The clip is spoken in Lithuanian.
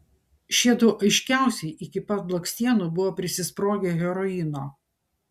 šiedu aiškiausiai iki pat blakstienų buvo prisisprogę heroino